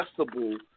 accessible